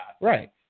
Right